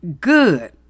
good